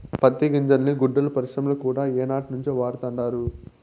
పత్తి గింజల్ని గుడ్డల పరిశ్రమల కూడా ఏనాటినుంచో వాడతండారు